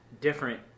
different